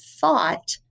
thought